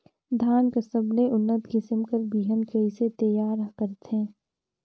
धान कर सबले उन्नत किसम कर बिहान कइसे तियार करथे?